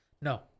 no